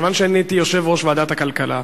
כיוון שאני הייתי יושב-ראש ועדת הכלכלה,